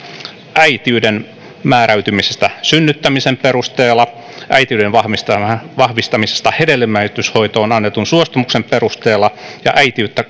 äitiyden määräytymisestä synnyttämisen perusteella äitiyden vahvistamisesta hedelmöityshoitoon annetun suostumuksen perusteella ja äitiyttä